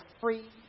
free